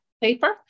paper